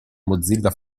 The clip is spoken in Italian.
mozilla